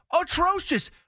atrocious